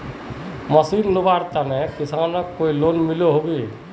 Machine लुबार केते किसान लाक कोई लोन मिलोहो होबे?